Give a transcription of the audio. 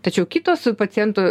tačiau kitos pacientų